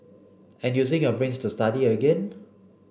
and using your brains to study again